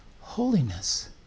holiness